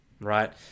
right